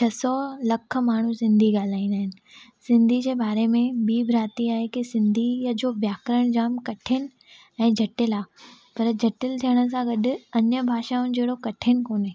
छह सौ लख माण्हू सिंधी ॻाल्हाईंदा आहिनि सिंधी जे बारे में ॿी भ्राती आहे की सिंधीअ जो व्याकरण जाम कठिन ऐं जटिल आहे पर जटिल थियण सां गॾु अन्य भाषाउनि जहिड़ो कठिन कोन्हे